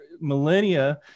millennia